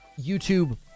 YouTube